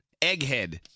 Egghead